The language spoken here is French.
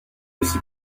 aussi